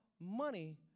money